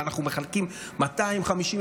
ואנחנו מחלקים 250,000,